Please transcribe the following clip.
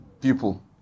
people